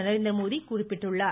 நரேந்திரமோடி குறிப்பிட்டுள்ளார்